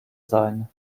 sein